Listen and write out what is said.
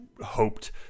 hoped